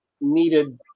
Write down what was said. needed